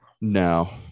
No